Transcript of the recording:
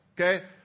okay